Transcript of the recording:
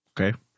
okay